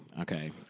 Okay